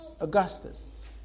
Augustus